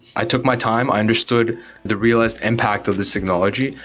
i took my time, i understood the realized impact of this technology.